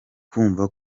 kumva